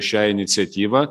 šią iniciatyvą